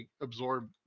absorb